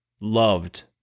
loved